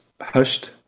hushed